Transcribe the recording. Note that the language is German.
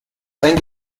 ein